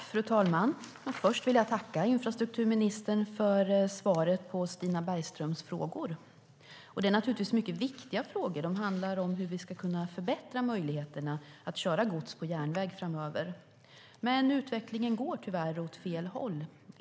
Fru talman! Först vill jag tacka infrastrukturministern för svaret på Stina Bergströms frågor. Det är naturligtvis mycket viktiga frågor. De handlar om hur vi ska kunna förbättra möjligheterna att köra gods på järnväg framöver. Men utvecklingen går tyvärr åt fel håll.